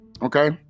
okay